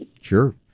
Sure